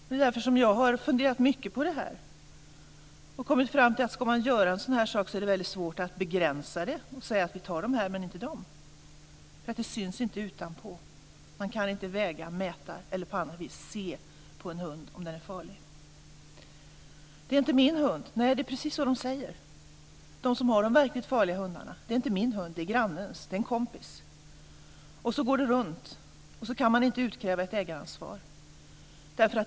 Det är därför som jag har funderat mycket på det här och kommit fram till att ska man göra en sådan här sak är det väldigt svårt att begränsa det och säga att vi tar vissa hundar men inte andra. Det syns inte utanpå; man kan inte väga eller mäta dem eller på något annat vis se på en hund om den är farlig. "Det är inte min hund", säger de som har de verkligt farliga hundarna. "Det är grannens hund." "Det är en kompis hund." Så går det runt, och man kan inte utkräva ett ägaransvar.